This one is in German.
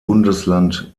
bundesland